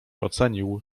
ocenił